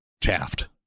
Taft